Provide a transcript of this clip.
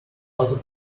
other